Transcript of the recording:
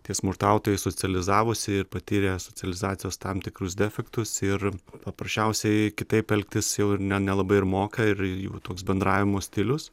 tie smurtautojai socializavosi ir patyrė socializacijos tam tikrus defektus ir paprasčiausiai kitaip elgtis jau ir ne nelabai ir moka ir jų toks bendravimo stilius